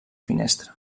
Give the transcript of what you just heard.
finestra